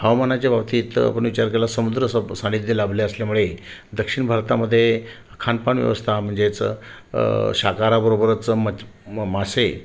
हवामानाच्या बाबतीत आपण विचार केला समुद्र सप सान्निध्य लाभले असल्यामुळे दक्षिण भारतामध्ये खानपान व्यवस्था म्हणजेच शाकाहाराबरोबरच मच् मासे